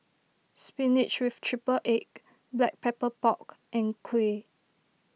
Spinach with Triple Egg Black Pepper Pork and Kuih